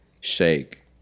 shake